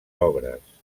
obres